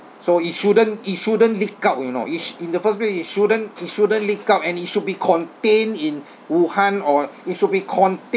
so it shouldn't it shouldn't leak out you know it s~ in the first place it shouldn't it shouldn't leak out and it should be contained in wuhan or it should be contain